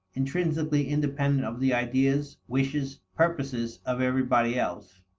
intrinsically independent of the ideas, wishes, purposes of everybody else.